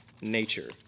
nature